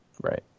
Right